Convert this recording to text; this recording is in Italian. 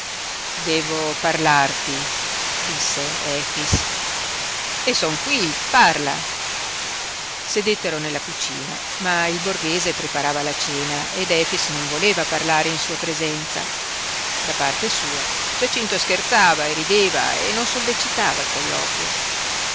devo parlarti disse efix e son qui parla sedettero nella cucina ma il borghese preparava la cena ed efix non voleva parlare in sua presenza da parte sua giacinto scherzava e rideva e non sollecitava il colloquio